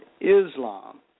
Islam